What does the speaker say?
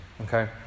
okay